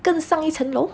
更上一层楼